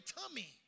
tummy